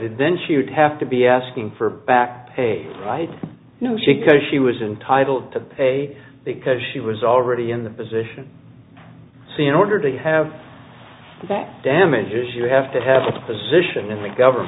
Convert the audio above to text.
and then she would have to be asking for back pay right no chicas she was entitled to pay because she was already in the position see in order to have damages you have to have a position in the government